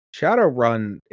Shadowrun